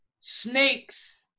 snakes